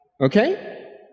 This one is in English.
okay